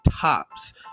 tops